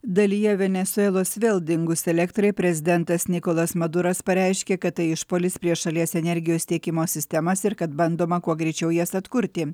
dalyje venesuelos vėl dingus elektrai prezidentas nikolas maduras pareiškė kad tai išpuolis prieš šalies energijos tiekimo sistemas ir kad bandoma kuo greičiau jas atkurti